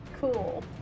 cool